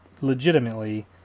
legitimately